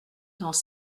dans